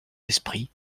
esprit